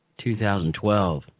2012